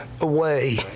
away